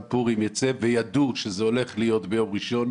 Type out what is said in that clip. פורים יצא וידעו שזה הולך להיות ביום ראשון,